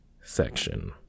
section